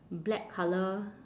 black colour